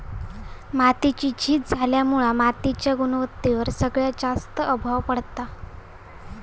मातीची झीज झाल्यामुळा मातीच्या गुणवत्तेवर सगळ्यात जास्त प्रभाव पडता